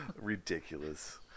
Ridiculous